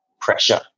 pressure